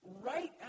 right